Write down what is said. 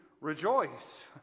rejoice